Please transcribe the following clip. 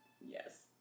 yes